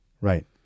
Right